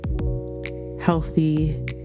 healthy